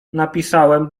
napisałem